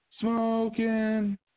smoking